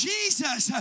Jesus